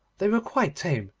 they were quite tame,